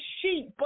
sheep